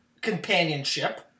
companionship